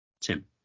Tim